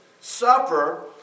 suffer